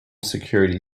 security